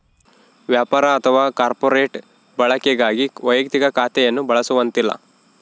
ವ್ಯಾಪಾರ ಅಥವಾ ಕಾರ್ಪೊರೇಟ್ ಬಳಕೆಗಾಗಿ ವೈಯಕ್ತಿಕ ಖಾತೆಯನ್ನು ಬಳಸುವಂತಿಲ್ಲ